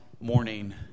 morning